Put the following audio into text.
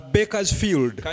Bakersfield